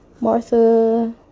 Martha